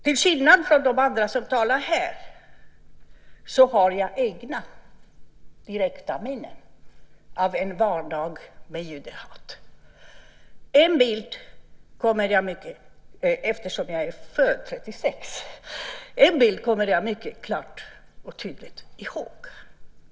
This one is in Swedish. Till skillnad från de andra som talar här har jag egna direkta minnen av en vardag med judehat eftersom jag är född 1936. En bild kommer jag mycket klart och tydligt ihåg.